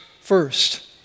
first